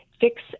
fix